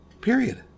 Period